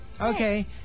Okay